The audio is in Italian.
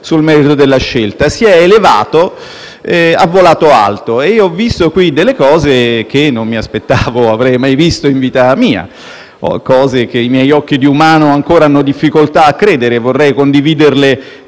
sul merito della scelta, ma si è elevato, ha volato alto e ho visto qui delle cose che non mi aspettavo avrei mai visto in vita mia; cose che i miei occhi di umano ancora hanno difficoltà a credere e vorrei condividerle